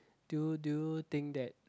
do you do you think that